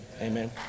Amen